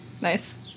Nice